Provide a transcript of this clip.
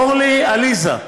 אורלי, עליזה,